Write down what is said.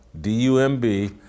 D-U-M-B